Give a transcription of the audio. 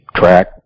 track